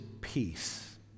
peace